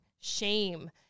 shame